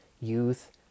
youth